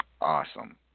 Awesome